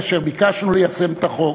כאשר ביקשנו ליישם את החוק,